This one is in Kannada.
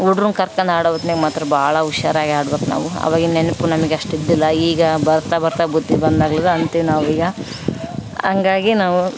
ಹುಡ್ರುನ್ನ ಕರ್ಕಂಡ್ ಆಡೊ ಹೊತ್ತಿನ್ಯಾಗ್ ಮಾತ್ರ ಭಾಳ ಹುಷಾರಾಗಿ ಆಡಬೇಕು ನಾವು ಅವಾಗಿನ ನೆನಪು ನಮಗೆ ಅಷ್ಟಿದ್ದಿಲ್ಲ ಈಗ ಬರ್ತ ಬರ್ತ ಬುದ್ದಿ ಬಂದಾಗ್ಲಿಂದ ಅಂತೀವಿ ನಾವೀಗ ಹಂಗಾಗಿ ನಾವು